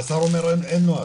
והשר אומר שאין נוהל.